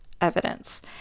evidence